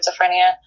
schizophrenia